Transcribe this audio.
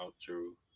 true